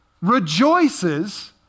rejoices